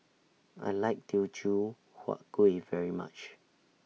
I like Teochew Huat Kueh very much